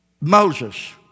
Moses